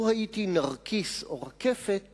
לו הייתי נרקיס או רקפת